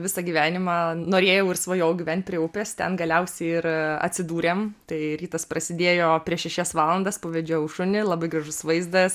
visą gyvenimą norėjau ir svajojau gyvent prie upės ten galiausiai ir atsidūrėm tai rytas prasidėjo prieš šešias valandas pavedžiojau šunį labai gražus vaizdas